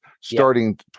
starting